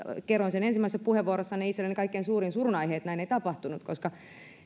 kerroin sen ensimmäisessä puheenvuorossani että itselleni on kaikkein suurin surun aihe että näin ei tapahtunut koska